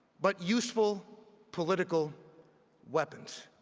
but useful political weapons.